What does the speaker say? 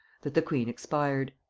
that the queen expired.